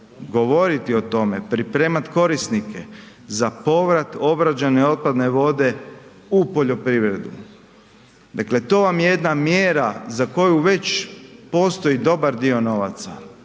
govoriti o tome, pripremati korisnike za povrat obrađene otpadne vode u poljoprivredu. Dakle, to vam je jedna mjera za koju već postoji dobar dio novaca,